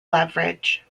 leverage